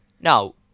Now